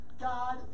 god